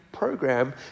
program